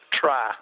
try